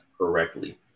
correctly